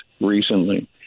recently